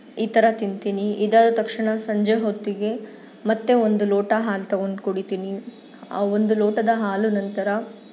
ಈ ಥರ ತಿಂತೀನಿ ಇದಾದ ತಕ್ಷಣ ಸಂಜೆ ಹೊತ್ತಿಗೆ ಮತ್ತೆ ಒಂದು ಲೋಟ ಹಾಲು ತೊಗೊಂಡು ಕುಡೀತೀನಿ ಆ ಒಂದು ಲೋಟದ ಹಾಲು ನಂತರ